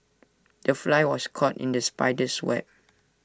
the fly was caught in the spider's web